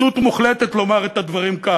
שטות מוחלטת לומר את הדברים כך.